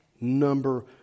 number